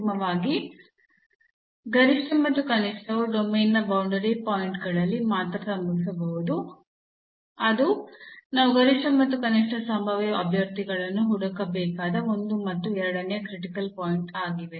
ಅಂತಿಮವಾಗಿ ಗರಿಷ್ಠ ಮತ್ತು ಕನಿಷ್ಠವು ಡೊಮೇನ್ನ ಬೌಂಡರಿ ಪಾಯಿಂಟ್ ಗಳಲ್ಲಿ ಮಾತ್ರ ಸಂಭವಿಸಬಹುದು ಅದು ನಾವು ಗರಿಷ್ಠ ಮತ್ತು ಕನಿಷ್ಠ ಸಂಭಾವ್ಯ ಅಭ್ಯರ್ಥಿಗಳನ್ನು ಹುಡುಕಬೇಕಾದ ಒಂದು ಮತ್ತು ಎರಡನೇಯ ಕ್ರಿಟಿಕಲ್ ಪಾಯಿಂಟ್ ಆಗಿದೆ